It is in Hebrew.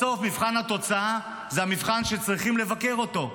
בסוף, מבחן התוצאה זה המבחן שצריכים לבקר אותו.